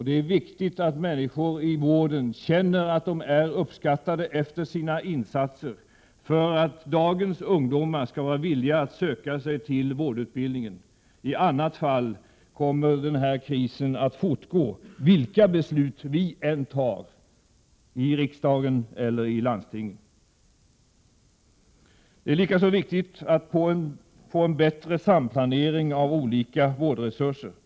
Det är viktigt att människor i vården känner att de är uppskattade efter sina insatser för att dagens ungdomar skall vara villiga att söka sig till vården. I annat fall kommer krisen att fortgå, vilka beslut vi än tar i riksdagen eller landstingen. Det är likaså viktigt att få en bättre samplanering av olika vårdresurser.